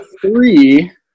three